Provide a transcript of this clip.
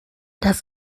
das